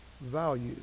value